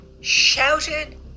shouted